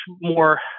more